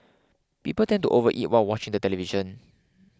people tend to overeat while watching the television